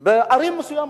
בערים מסוימות.